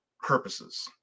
purposes